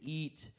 eat